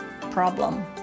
problem